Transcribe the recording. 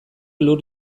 lur